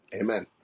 Amen